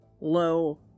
low